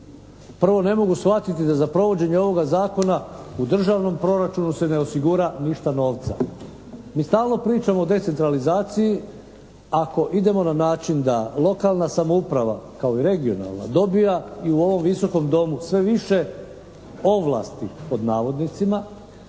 Prvo, ne mogu shvatiti da za provođenje ovoga zakona u državnom proračunu se ne osigura ništa novca. Mi stalno pričamo o decentralizaciji ako idemo na način da lokalna samouprava kao i regionalna dobiva i u ovom Visokom domu sve više ovlasti, pod navodnicima.